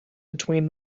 between